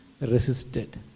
resisted